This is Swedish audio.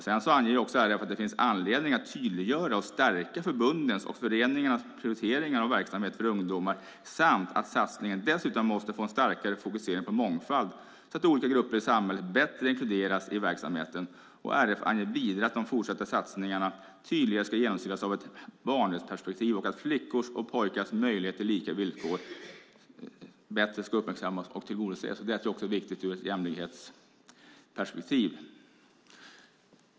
RF anger att det finns anledning att tydliggöra och stärka förbundens och föreningarnas prioriteringar av verksamhet för ungdomar samt att satsningen dessutom måste få en starkare fokusering på mångfald så att olika grupper i samhället bättre inkluderas i verksamheten. RF anger vidare att de fortsatta satsningarna tydligare ska genomsyras av ett barnrättsperspektiv och att flickors och pojkars möjlighet till lika villkor bättre ska uppmärksammas och tillgodoses. Det är viktigt även ur ett jämlikhetsperspektiv.